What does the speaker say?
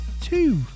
two